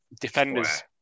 Defenders